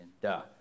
duh